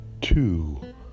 Two